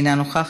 אינה נוכחת,